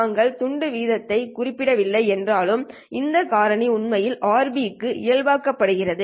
நாங்கள் துண்டு வீதத்தை குறிப்பிடவில்லை என்றாலும் இந்த காரணி உண்மையில் Rb க்கு இயல்பாக்கப்படுகிறது